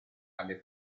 alle